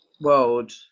world